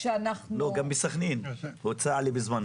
גם בסכנין הוצע לי בזמנו.